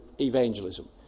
evangelism